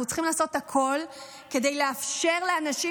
אנחנו צריכים לעשות הכול כדי לאפשר לאנשים